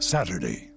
Saturday